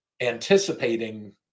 anticipating